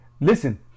Listen